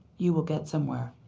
you will get somewhere.